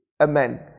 Amen